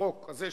החוק הזה,